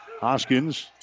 Hoskins